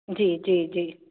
ਜੀ ਜੀ ਜੀ